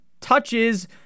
touches